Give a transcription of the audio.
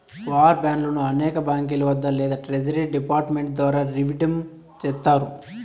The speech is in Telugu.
వార్ బాండ్లను అనేక బాంకీల వద్ద లేదా ట్రెజరీ డిపార్ట్ మెంట్ ద్వారా రిడీమ్ చేస్తారు